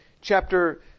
chapter